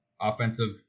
offensive